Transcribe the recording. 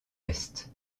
est